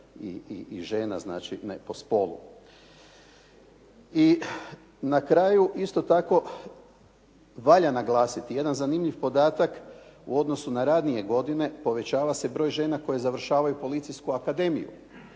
I na kraju isto tako valja naglasiti jedan zanimljiv podatak. U odnosu na ranije godine povećava se broj žena koje završavaju Policijsku akademiju.